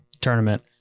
tournament